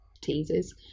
teasers